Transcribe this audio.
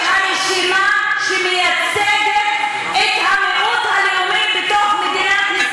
את הרשימה שמייצגת את המיעוט הלאומי בתוך מדינת ישראל,